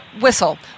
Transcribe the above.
Whistle